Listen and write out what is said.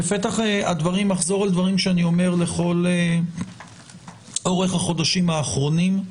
בפתח הדברים אחזור על דברים שאני אומר לכל אורך החודשים האחרונים.